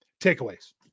takeaways